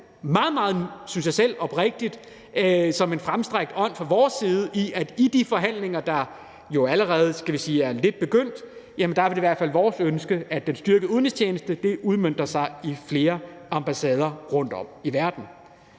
meget, synes jeg selv, oprigtigt og som en fremstrakt hånd fra vores side. I de forhandlinger, der jo allerede er lidt begyndt, er det i hvert fald vores ønske, at den styrkede udenrigstjeneste udmønter sig i flere ambassader rundtom i verden.